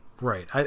Right